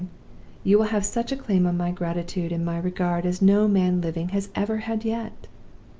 you will have such a claim on my gratitude and my regard as no man living has ever had yet